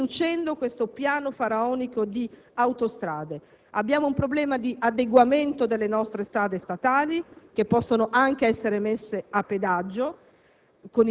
pur riducendo questo piano faraonico di autostrade. Abbiamo un problema di adeguamento delle nostre strade statali, che possono anche essere messe a pedaggio